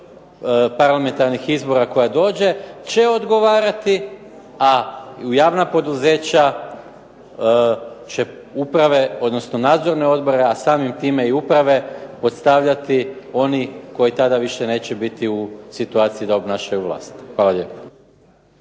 parlamentarnih izbora koja dođe će odgovarati, a javna poduzeća, uprave, odnosno nadzorne odbore, a samim time i uprave postavljati oni koji tada više neće biti u situaciji da obnašaju vlast. Hvala lijepa.